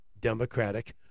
democratic